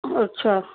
अच्छा